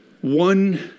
One